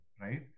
Right